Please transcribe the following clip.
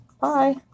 Bye